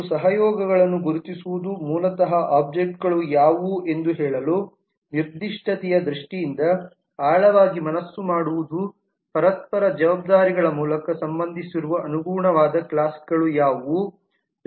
ಮತ್ತು ಸಹಯೋಗಗಳನ್ನು ಗುರುತಿಸುವುದು ಮೂಲತಃ ಆಬ್ಜೆಕ್ಟ್ಗಳು ಯಾವುವು ಎಂದು ಹೇಳಲು ನಿರ್ದಿಷ್ಟತೆಯ ದೃಷ್ಟಿಯಿಂದ ಆಳವಾಗಿ ಮನಸ್ಸು ಮಾಡುವುದುಪರಸ್ಪರ ಜವಾಬ್ದಾರಿಗಳ ಮೂಲಕ ಸಂಬಂಧಿಸಿರುವ ಅನುಗುಣವಾದ ಕ್ಲಾಸ್ಗಳು ಯಾವುವು